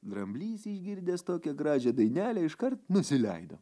dramblys išgirdęs tokią gražią dainelę iškart nusileido